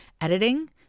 editing